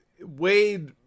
Wade